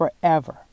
forever